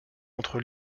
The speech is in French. entre